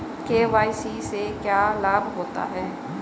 KYC से क्या लाभ होता है?